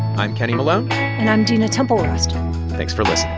i'm kenny malone and i'm dina temple-raston thanks for listening